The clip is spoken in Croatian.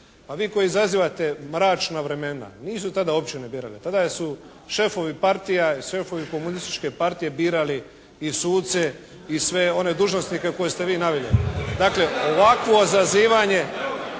A vi koji izazivate mračna vremena, nisu tada općine birale. Tada su šefovi partija i šefovi komunističke partije birali i suce i sve one dužnosnike koje ste vi naveli. Dakle, ovakvo zazivanje